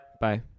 bye